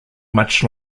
much